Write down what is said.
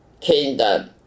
kingdom